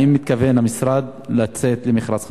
האם מתכוון המשרד לצאת למכרז חדש?